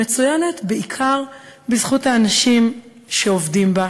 היא מצוינת בעיקר בזכות האנשים שעובדים בה